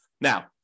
Now